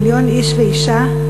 ואישה,